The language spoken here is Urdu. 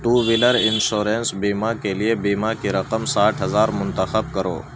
ٹو وہیلر انشورنس بیمہ کے لیے بیمہ کی رقم ساٹھ ہزار منتخب کرو